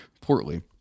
portly